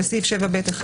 בסעיף 7(ב)(1),